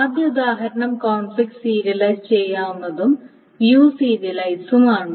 ആദ്യ ഉദാഹരണം conflict serialize ചെയ്യാവുന്നതും വ്യൂ സീരിയലൈസും അണ്